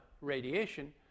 radiation